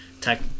Tech